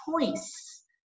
choice